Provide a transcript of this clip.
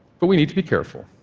but we need to be careful.